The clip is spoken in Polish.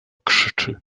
krzyczy